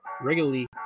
regularly